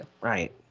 Right